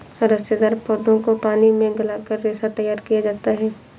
रेशेदार पौधों को पानी में गलाकर रेशा तैयार किया जाता है